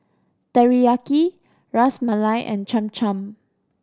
Teriyaki Ras Malai and Cham Cham